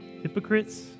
Hypocrites